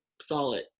solid